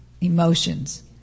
emotions